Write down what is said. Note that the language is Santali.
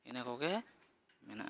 ᱤᱱᱟᱹ ᱠᱚᱜᱮ ᱢᱮᱱᱟᱜᱼᱟ